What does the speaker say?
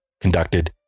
conducted